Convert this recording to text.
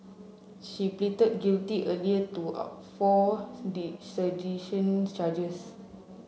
she pleaded guilty earlier to a four sedition charges